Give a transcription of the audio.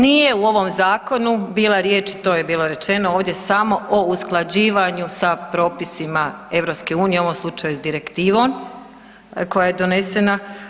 Nije u ovom zakonu bila riječ, to je bilo rečeno ovdje samo o usklađivanju sa propisima EU u ovom slučaju s direktivom koja je donesena.